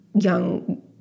young